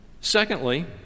Secondly